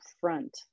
front